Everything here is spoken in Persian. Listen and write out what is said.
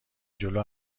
جلو